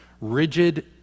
rigid